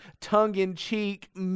tongue-in-cheek